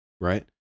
right